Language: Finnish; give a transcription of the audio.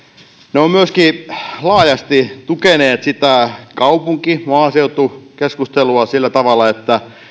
ne ovat myöskin laajasti tukeneet sitä kaupunki maaseutu keskustelua sillä tavalla että